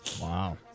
Wow